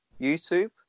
YouTube